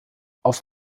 auf